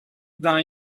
d’un